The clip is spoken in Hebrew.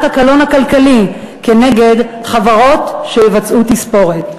הקלון הכלכלי כנגד חברות שיבצעו תספורת.